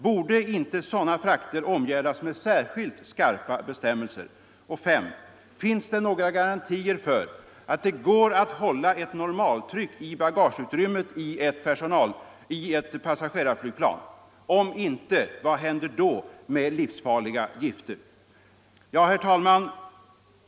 Borde inte sådana frakter omgärdas med särskilt skarpa bestämmelser? 5. Finns det några garantier för att det går att hålla ett normalt tryck i bagageutrymmet i ett passagerarflygplan? Om inte, vad händer då med livsfarliga gifter? Herr talman!